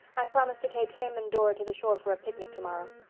i've promised to take him and dora to the shore for a picnic tomorrow.